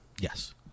Yes